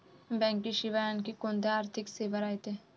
बँकेशिवाय आनखी कोंत्या आर्थिक सेवा रायते?